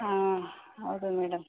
ಹಾಂ ಹೌದು ಮೇಡಮ್